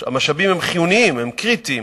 המשאבים הם חיוניים, הם קריטיים,